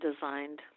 designed